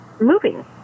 moving